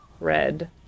red